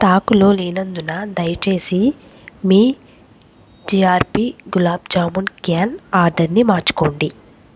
స్టాకులో లేనందున దయచేసి మీ జిఆర్బి గులాబ్ జామూన్ క్యాన్ ఆర్డర్ని మార్చుకోండి